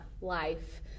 life